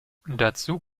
dazu